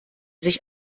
sich